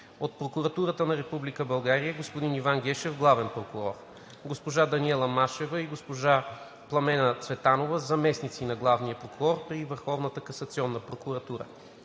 от Прокуратурата на Република България: господин Иван Гешев – главен прокурор, госпожа Даниела Машева и госпожа Пламена Цветанова – заместници на главния прокурор при